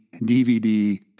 DVD